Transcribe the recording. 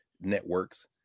networks